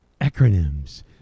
acronyms